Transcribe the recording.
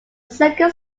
second